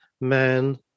man